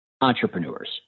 entrepreneurs